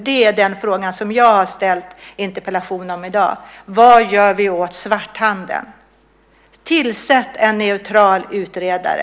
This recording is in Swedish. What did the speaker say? Det är den fråga som jag har ställt en interpellation om i dag. Vad gör vi åt svarthandeln? Tillsätt en neutral utredare!